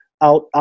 out